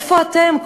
איפה אתם,